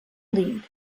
lead